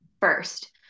first